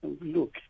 look